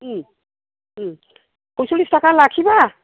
फयस'ल्लिस थाखा लाखिबा